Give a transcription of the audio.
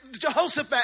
Jehoshaphat